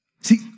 See